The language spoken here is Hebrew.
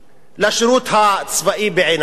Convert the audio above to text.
לשירות הצבאי בעיניו,